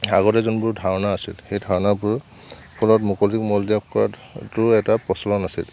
আগতে যোনবোৰ ধাৰণা আছিল সেই ধাৰণাবোৰ ফলত মুকলিত মলত্যাগ কৰাতো এটা প্ৰচলন আছিল